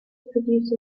produce